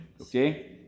Okay